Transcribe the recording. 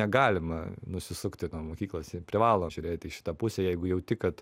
negalima nusisukti nuo mokyklos jie privalo žiūrėti į šitą pusę jeigu jauti kad